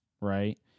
right